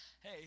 Hey